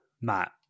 Matt